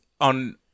on